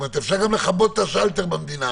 אפשר גם לכבות את השלטר במדינה